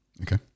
Okay